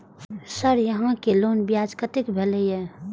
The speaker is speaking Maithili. सर यहां के लोन ब्याज कतेक भेलेय?